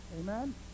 Amen